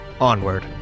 onward